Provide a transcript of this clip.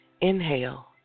Inhale